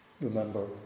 Remember